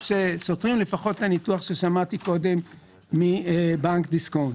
שסותרים את הניתוח ששמעתי קודם מבנק דיסקונט.